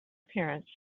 appearance